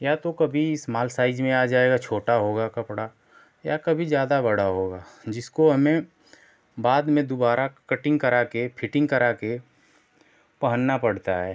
या तो कभी इस्माल साइज में आ जाएगा छोटा होगा कपड़ा या कभी ज़्यादा बड़ा होगा जिसको हमें बाद में दोबारा कटिंग करा कर फिटिंग करा के पहनना पड़ता है